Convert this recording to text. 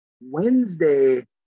Wednesday